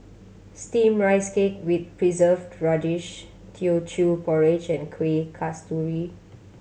Steamed Rice Cake with Preserved Radish Teochew Porridge and Kuih Kasturi